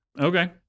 Okay